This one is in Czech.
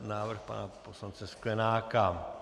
Návrh pana poslance Sklenáka.